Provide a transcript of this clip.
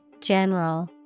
general